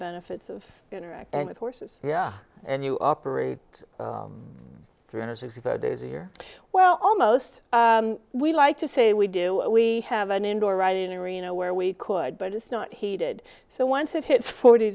benefits of interacting with horses yeah and you operate three hundred sixty five days a year well almost we like to say we do we have an indoor right in arena where we could but it's not heated so once it hits forty